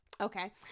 Okay